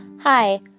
Hi